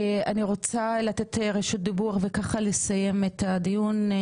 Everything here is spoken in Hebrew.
אני רוצה לתת רשות דיבור וככה לסיים את הדיון.